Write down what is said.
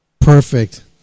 Perfect